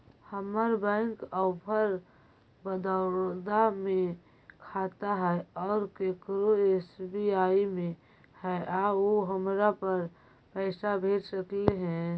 हमर bank of Baroda में खाता है और केकरो एस.बी.आई में है का उ हमरा पर पैसा भेज सकले हे?